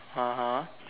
(uh huh)